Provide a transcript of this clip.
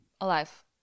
Alive